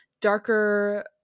Darker